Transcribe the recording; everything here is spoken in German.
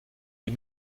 die